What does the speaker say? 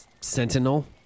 Sentinel